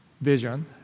vision